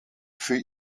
für